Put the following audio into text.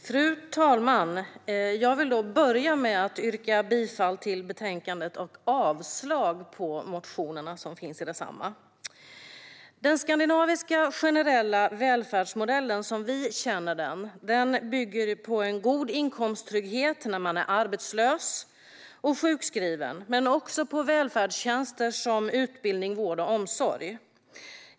Fru talman! Jag vill börja med att yrka bifall till utskottets förslag i betänkandet och avslag på motionerna som finns i densamma. Den skandinaviska, generella välfärdsmodellen som vi känner den bygger på en god inkomsttrygghet när man är arbetslös och sjukskriven men också på välfärdstjänster som utbildning, vård och omsorg.